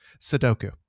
Sudoku